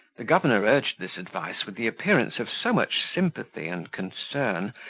the governor urged this advice with the appearance of so much sympathy and concern,